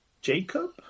Jacob